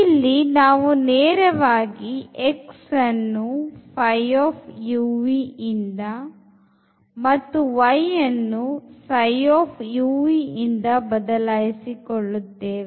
ಇಲ್ಲಿ ನಾವು ನೇರವಾಗಿ x ಅನ್ನು ಇಂದ ಮತ್ತು y ಅನ್ನು ಇಂದ ಬದಲಾಯಿಸಿ ಕೊಳ್ಳುತ್ತೇವೆ